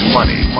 Money